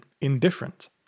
indifferent